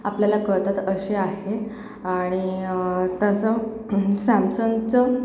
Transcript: आपल्याला कळतात असे आहेत आणि तसं सॅमसंगचं